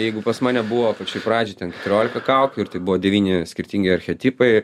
jeigu pas mane buvo pačioj pradžioj ten keturiolika kaukių ir tai buvo devyni skirtingi archetipai